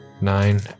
Nine